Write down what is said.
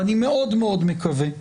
ואני מאוד מאוד מקווה,